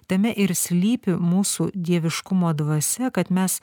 tame ir slypi mūsų dieviškumo dvasia kad mes